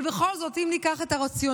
אבל בכל זאת אם ניקח את הרציונל,